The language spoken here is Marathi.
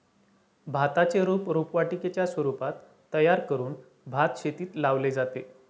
भाताचे रोप रोपवाटिकेच्या स्वरूपात तयार करून भातशेतीत लावले जाते